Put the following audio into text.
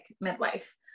midwife